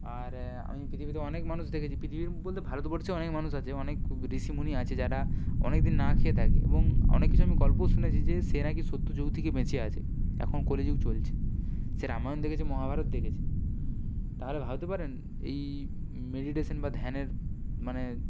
আর আমি পৃথিবীতে অনেক মানুষ দেখেছি পৃথিবীর বলতে ভারতবর্ষে অনেক মানুষ আছে অনেক ঋষি মুনি আছে যারা অনেক দিন না খেয়ে থাকে এবং অনেক কিছু আমি গল্পও শুনেছি যে সে নাকি সত্য যুগ থেকে বেঁচে আছে এখন কলি যুগ চলছে সে রামায়ণ দেখেছে মহাভারত দেখেছে তাহলে ভাবতে পারেন এই মেডিটেশান বা ধ্যানের মানে